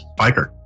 Biker